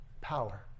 power